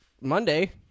monday